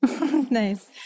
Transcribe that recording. Nice